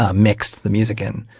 ah mixed the music in.